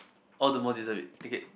all the more deserve it take it